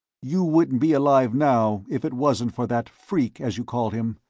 you wouldn't be alive now if it wasn't for that freak, as you call him.